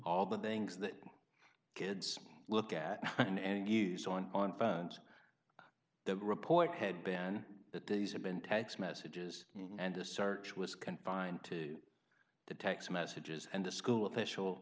all the things that kids look at and use on on front the report had been that these have been text messages and a search was confined to the text messages and the school official